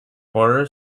horror